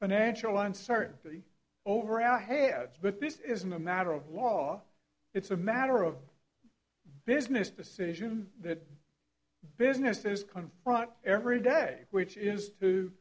financial uncertainty over our heads but this isn't a matter of law it's a matter of business decisions that businesses confront every day which is